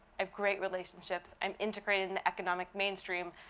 i have great relationships, i'm integrated in the economic mainstream,